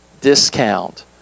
discount